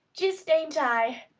jist ain't i!